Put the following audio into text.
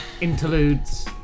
Interludes